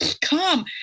come